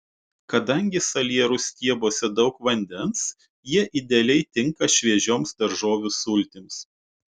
kadangi salierų stiebuose daug vandens jie idealiai tinka šviežioms daržovių sultims